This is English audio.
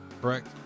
Correct